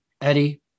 Eddie